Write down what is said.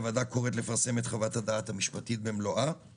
הוועדה קוראת לפרסם את חוות הדעת המשפטית במלואה.